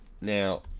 now